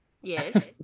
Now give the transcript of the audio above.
Yes